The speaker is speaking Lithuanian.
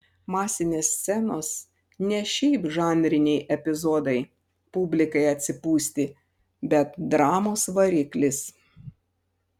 masinės scenos ne šiaip žanriniai epizodai publikai atsipūsti bet dramos variklis